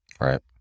Right